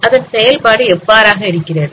அதன் செயல்பாடு எவ்வாறு இருக்கிறது